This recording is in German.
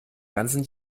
ganzen